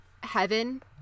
heaven